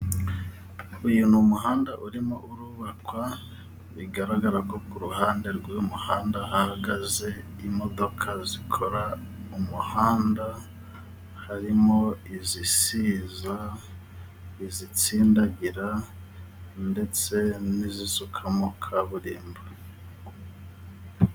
Uyu ni umuhanda urimo urubakwa bigaragara ko ku ruhande rw'uyu muhanda, hahagaze imodoka zikora umuhanda, harimo izisiza, izitsindagira ndetse n'izisukamo kaburimbo.